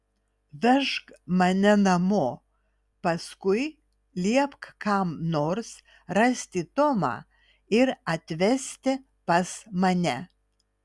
vežk mane namo paskui liepk kam nors rasti tomą ir atvesti pas mane